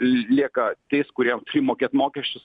lieka tais kurie mokės mokesčius